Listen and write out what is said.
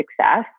success